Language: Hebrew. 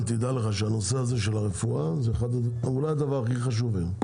תדע לך שהנושא הזה של הרפואה זה אולי הדבר הכי חשוב היום.